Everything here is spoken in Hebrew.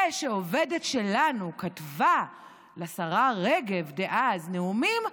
זה שעובדת שלנו כתבה לשרה רגב דאז נאומים,